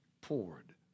poured